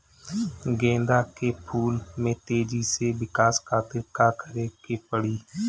गेंदा के फूल में तेजी से विकास खातिर का करे के पड़ी?